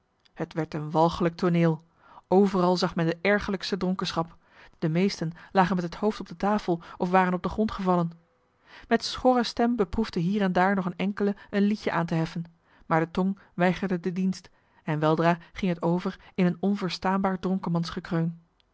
t werd een walgelijk tooneel overal zag men de ergerlijkste dronkenschap de meesten lagen met het hoofd op de tafel of waren op den grond gevallen met schorre stem beproefde hier en daar nog een enkele een liedje aan te heffen maar de tong weigerde den dienst en weldra ging het over in een onverstaanbaar